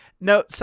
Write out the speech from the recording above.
No